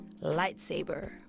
Lightsaber